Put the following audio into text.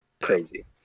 crazy